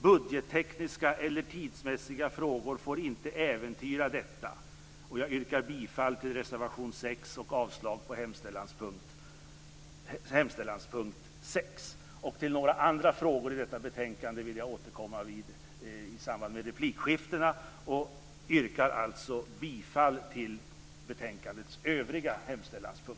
Budgettekniska eller tidsmässiga frågor får inte äventyra detta. Jag yrkar bifall till reservation 6 och avslag på utskottets hemställan under punkt 6. Till några andra frågor i detta betänkande vill jag återkomma i samband med replikskiftena. Under övriga punkter yrkar jag bifall till utskottets hemställan.